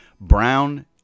Brown